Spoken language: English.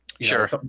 Sure